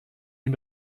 ihm